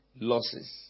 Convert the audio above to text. losses